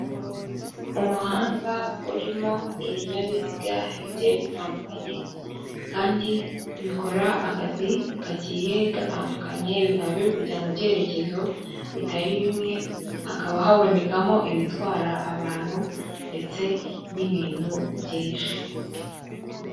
Umuhanda urimo ibinyabiziga bigiye bitandukanye, kandi bikora akazi kagiye gatandukanye bikaba biri kujya mu byerekezo bitari bimwe, hakaba habonekamo ibitwara abantu ndetse n'ibintu byinshi.